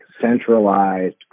centralized